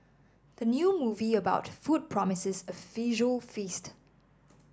the new movie about food promises a visual feast